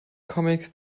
comics